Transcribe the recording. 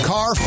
Car